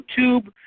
YouTube